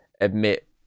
admit